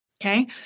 Okay